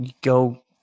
go